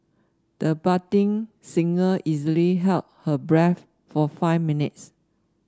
the budding singer easily held her breath for five minutes